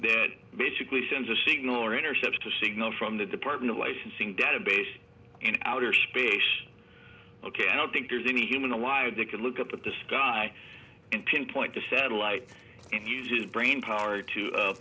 that basically sends a signal or intercept a signal from the department of licensing database in outer space ok i don't think there's any human alive that can look up at the sky and pinpoint the satellite it uses brain power to